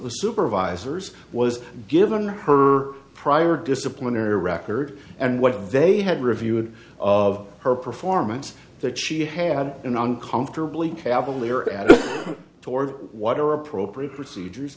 the supervisors was given her prior disciplinary record and what they had reviewed of her performance that she had an uncomfortably cavalier attitude toward what are appropriate procedures